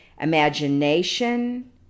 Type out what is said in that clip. imagination